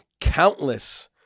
countless